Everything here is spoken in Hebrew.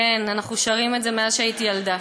כן, אנחנו שרים את זה מאז שהייתי ילדה.